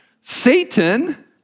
Satan